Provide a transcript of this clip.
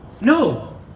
No